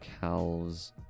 cows